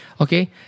Okay